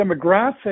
demographic